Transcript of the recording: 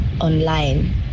online